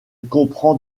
comprend